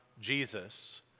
Jesus